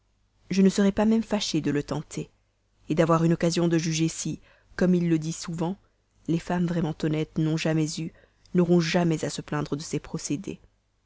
je ne serai pas même fâchée de le tenter d'avoir une occasion de juger si comme il le dit souvent les femmes vraiment honnêtes n'ont jamais eu n'auront jamais à se plaindre de ses procédés